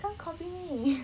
why copy me